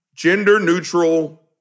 gender-neutral